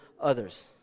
others